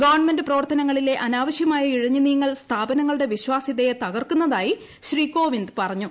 government പ്രവർത്തനങ്ങളിലെ അനാവശ്യമായു ഇഴ്ഞ്ഞു നീങ്ങൽ സ്ഥാപനങ്ങളുടെ വിശ്വാസ്യതയെ ത്കർക്കുന്നതായി ശ്രീ കോവിന്ദ് പറഞ്ഞു